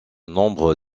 nombre